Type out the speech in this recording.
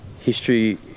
History